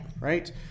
Right